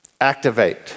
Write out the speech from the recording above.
Activate